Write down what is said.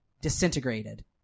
Disintegrated